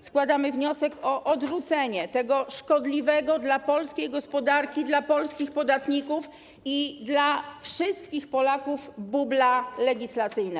składamy wniosek o odrzucenie tego szkodliwego dla polskiej gospodarki, dla polskich podatników i dla wszystkich Polaków bubla legislacyjnego.